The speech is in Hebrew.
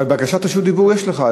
אבל בקשת רשות דיבור יש לך.